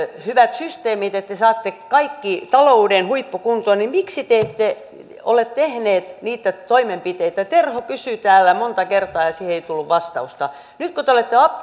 hyvät systeemit että te saatte talouden huippukuntoon niin miksi te ette ole tehneet niitä toimenpiteitä terho kysyi täällä tätä monta kertaa ja siihen ei tullut vastausta nyt kun te olette